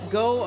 go